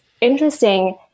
interesting